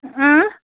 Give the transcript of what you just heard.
اۭں